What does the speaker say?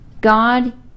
God